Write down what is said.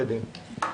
בבקשה.